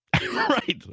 Right